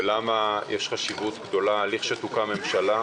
ולמה יש חשיבות גדולה, לכשתוקם ממשלה,